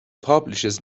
publishes